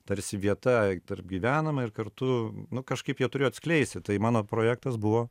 tarsi vieta tarp gyvenama ir kartu nu kažkaip jie turėjo atskleisti tai mano projektas buvo